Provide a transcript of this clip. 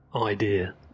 idea